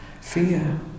fear